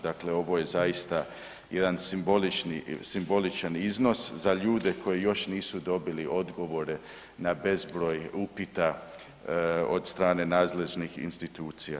Dakle, ovo je zaista jedan simbolični, simboličan iznos za ljude koji još nisu dobili odgovore na bezbroj upita od strane nadležnih institucija.